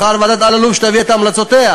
מחר ועדת אלאלוף תביא את המלצותיה,